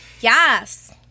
yes